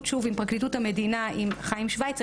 שוב עם פרקליטות המדינה עם חיים שוייצר,